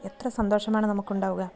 എത്ര സന്തോഷമാണ് നമുക്ക് ഉണ്ടാവുക